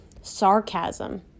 sarcasm